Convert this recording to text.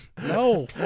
no